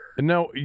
No